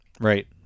Right